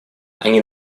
они